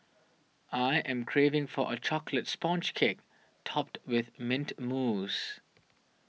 I am craving for a Chocolate Sponge Cake Topped with Mint Mousse